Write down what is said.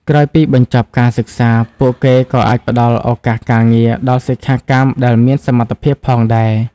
ក្រោយពីបញ្ចប់ការសិក្សា ពួកគេក៏អាចផ្តល់ ឱកាសការងារ ដល់សិក្ខាកាមដែលមានសមត្ថភាពផងដែរ។